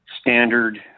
standard